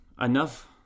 Enough